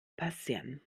passieren